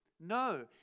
No